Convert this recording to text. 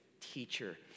teacher